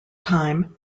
time